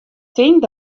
tink